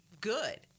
good